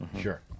Sure